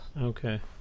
Okay